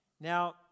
Now